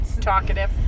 talkative